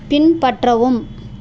பின்பற்றவும்